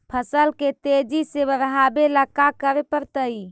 फसल के तेजी से बढ़ावेला का करे पड़तई?